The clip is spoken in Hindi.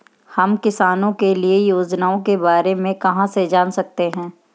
हम किसानों के लिए योजनाओं के बारे में कहाँ से जान सकते हैं?